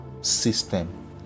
system